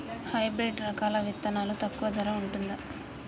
Hybrid రకాల విత్తనాలు తక్కువ ధర ఉంటుందా?